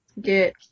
get